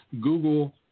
Google